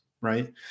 right